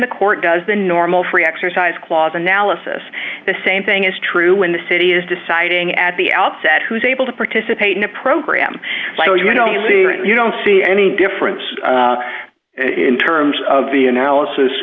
the court does the normal free exercise clause analysis the same thing is true when the city is deciding at the outset who is able to participate in a program so you know you you don't see any difference in terms of the analysis